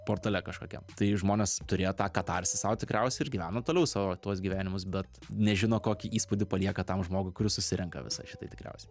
portale kažkokiam tai žmonės turėjo tą katarsį sau tikriausiai ir gyveno toliau savo tuos gyvenimus bet nežino kokį įspūdį palieka tam žmogui kuris susirenka visa šitai tikriausiai